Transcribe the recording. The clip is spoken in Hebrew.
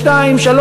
ב-14:00,